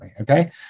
okay